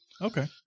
Okay